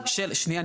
שנייה,